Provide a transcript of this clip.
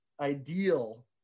ideal